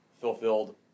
fulfilled